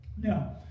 Now